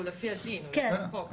הוא לפי הדין, לפי החוק.